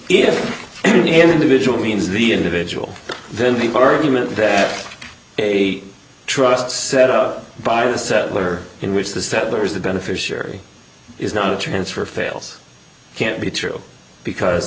if an individual means the individual then the argument that a trust set up by a settler in which the settlers the beneficiary is no transfer fails can't be true because